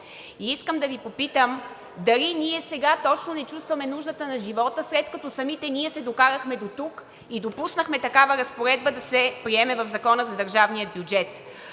Искам да Ви попитам дали ние сега точно не чувстваме нуждата на живота, след като самите ние се докарахме дотук и допуснахме такава разпоредба да се приеме в Закона за държавния бюджет?